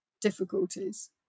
difficulties